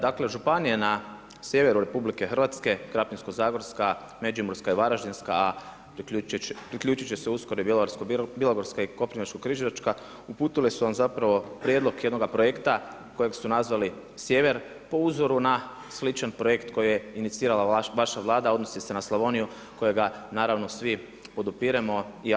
Dakle županije na sjeveru RH, Krapinsko-zagroska, Međimurska i Varaždinska a priključiti će se uskoro i Bjelovarsko-bilogorska i Koprivničko-križevačka uputile su vam zapravo prijedlog jednoga projekta uputile su vam zapravo prijedlog jednoga projekta kojeg su nazvali sjever po uzoru na sličan projekt koji je inicirala vaša Vlada odnosi se na Slavoniju koja ga naravno svi podupiremo.